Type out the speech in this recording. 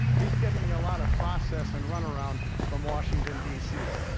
he's giving you a lot of process and runaround from washington d c.